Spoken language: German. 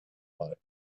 bei